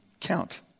count